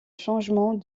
changement